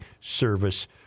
service